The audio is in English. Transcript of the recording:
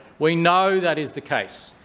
we know that is the case.